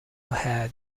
had